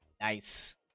Nice